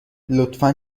لطفا